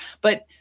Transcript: But-